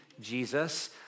Jesus